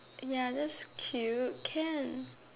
ya that's cute can